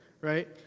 right